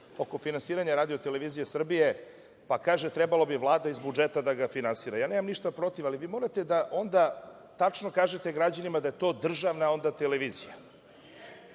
oko finansiranja RTS, pa kaže – trebalo bi Vlada iz budžeta da ga finansira. Nemam ništa protiv, ali vi morate da onda tačno kažete građanima da je to državna onda televizija.(Poslanici